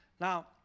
now